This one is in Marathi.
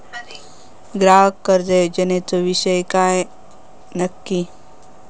ग्राहक कर्ज योजनेचो विषय काय नक्की?